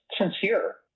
sincere